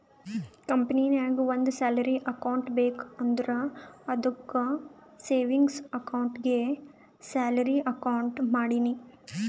ಕಂಪನಿನಾಗ್ ಒಂದ್ salary account ಬೇಕ್ ಅಂದುರ್ ಅದ್ದುಕ್ ಸೇವಿಂಗ್ಸ್ ಅಕೌಂಟ್ಗೆ ಸ್ಯಾಲರಿ ಅಕೌಂಟ್ ಮಾಡಿನಿ